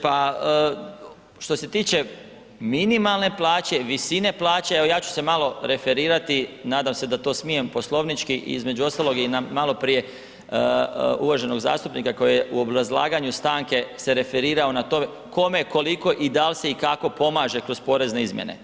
Pa što se tiče minimalne plaće, visine plaće evo ja ću se malo referirati, nadam se da to smijem poslovnički između ostalog i na maloprije uvaženog zastupnika koji je u obrazlaganju stanke se referirao na to kome, koliko i da li se i kako se pomaže kroz porezne izmjene.